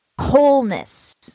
wholeness